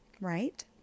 right